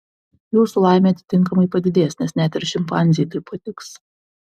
jūsų laimė atitinkamai padidės nes net ir šimpanzei tai patiks